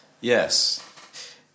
yes